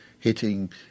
Hitting